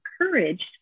encouraged